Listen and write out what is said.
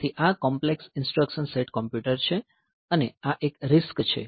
તેથી આ complex instruction set computer છે અને આ એક RISC છે